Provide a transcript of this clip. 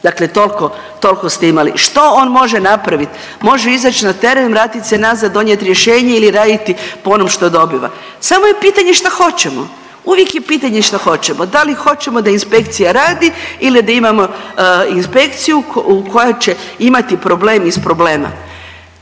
toliko, toliko ste imali. Što on može napraviti? Može izaći na teret, vratit se nazad, donijet rješenje ili raditi po onom što dobiva. Samo je pitanje šta hoćemo. Uvijek je pitanje šta hoćemo, da li hoćemo da inspekcija radi ili da imamo inspekciju koja će imati problem iz problema.